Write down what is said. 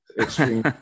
extreme